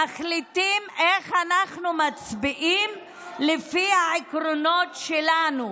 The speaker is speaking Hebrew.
מחליטים איך אנחנו מצביעים לפי העקרונות שלנו.